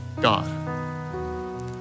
God